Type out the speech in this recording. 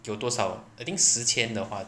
有多少 I think 十千的话